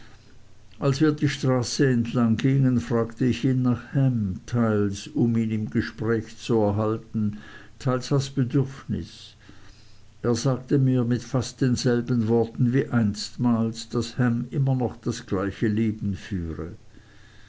als wir die straße entlang gingen fragte ich ihn nach ham teils um ihn im gespräch zu erhalten teils aus bedürfnis er sagte mir fast mit denselben worten wie einstmals daß ham immer noch das gleiche leben führe